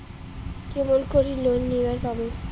কেমন করি লোন নেওয়ার পামু?